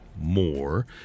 more